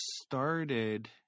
started